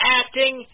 acting